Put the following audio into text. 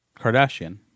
Kardashian